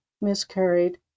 miscarried